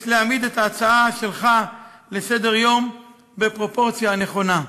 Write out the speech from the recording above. יש להעמיד את ההצעה שלך לסדר-יום בפרופורציה נכונה.